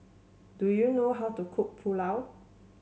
do you know how to cook Pulao